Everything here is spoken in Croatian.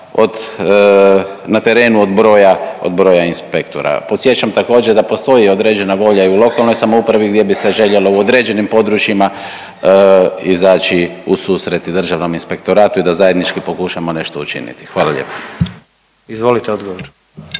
od broja, od broja inspektora. Podsjećam također da postoji određena volja i u lokalnoj samoupravi gdje bi se željelo u određenim područjima izaći u susret i Državnom inspektoratu i da zajednički pokušamo nešto učiniti. Hvala lijepo. **Jandroković,